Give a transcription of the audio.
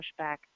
pushback